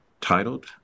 titled